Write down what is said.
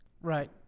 Right